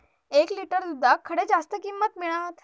एक लिटर दूधाक खडे जास्त किंमत मिळात?